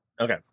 Okay